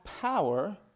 power